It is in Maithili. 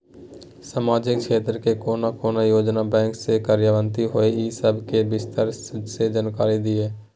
सामाजिक क्षेत्र के कोन कोन योजना बैंक स कार्यान्वित होय इ सब के विस्तार स जानकारी दिय?